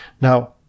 Now